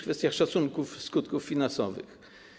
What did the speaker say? Kwestia szacunków skutków finansowych.